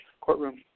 courtroom